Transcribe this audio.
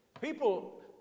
People